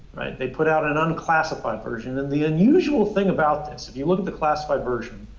they put out an unclassified version. and the unusual thing about this, if you look at the classified version